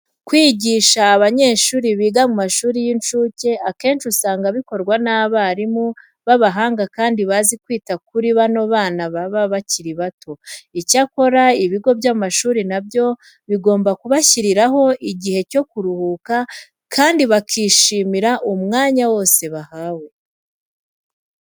Kwigisha abanyeshuri biga mu mashuri y'incuke akenshi usanga bikorwa n'abarimu b'abahanga kandi bazi kwita kuri bano bana baba bakiri bato. Icyakora ibigo by'amashuri na byo bigomba kubashyiriraho igihe cyo kuruhuka kandi bakishimira umwanya wose bahawe.